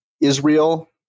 Israel